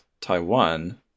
Taiwan